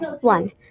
One